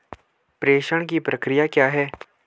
प्रेषण की प्रक्रिया क्या है?